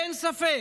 אין ספק